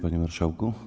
Panie Marszałku!